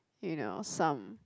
you know some